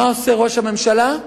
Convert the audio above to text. מה עושה ראש הממשלה?